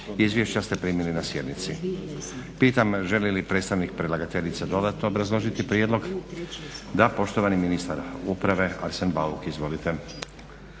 Izvješća ste primili na sjednici. Pitam, želi li predstavnik predlagateljice dodatno obrazložiti prijedlog? Da, poštovani ministar uprave, Arsen Bauk, izvolite.